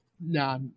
No